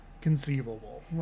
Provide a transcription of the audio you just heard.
Conceivable